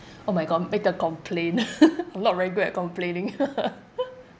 oh my god make a complain I'm not very good at complaining